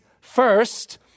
First